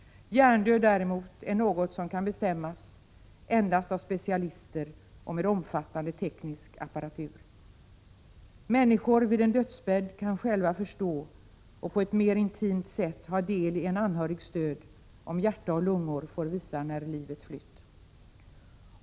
Hjärndöd däremot är något som kan bestämmas endast av specialister och med hjälp av omfattande teknisk apparatur. Människor vid en dödsbädd kan själva förstå och på ett mera intimt sätt ha del i en anhörigs död om hjärta och lungor får visa när livet är slut.